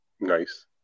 Nice